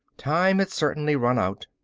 time had certainly run out.